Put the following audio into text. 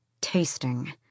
tasting